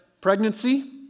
pregnancy